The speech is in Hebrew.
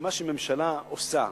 שמה שממשלה עושה,